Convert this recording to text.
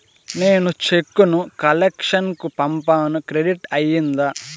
నేను చెక్కు ను కలెక్షన్ కు పంపాను క్రెడిట్ అయ్యిందా